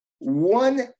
One